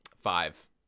five